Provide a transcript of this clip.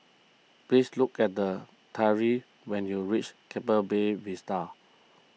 please look at the Tyreek when you reach Keppel Bay Vista